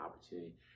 opportunity